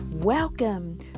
Welcome